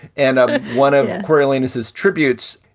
and um one of coriolanus is tributes.